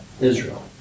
Israel